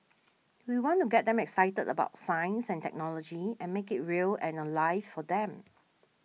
we want to get them excited about science and technology and make it real and alive for them